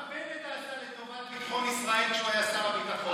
מה בנט עשה לטובת ביטחון ישראל כשהוא היה שר הביטחון?